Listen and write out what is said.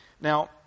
Now